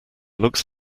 looks